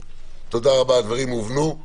הדברים הובנו.